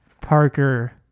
parker